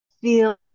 feel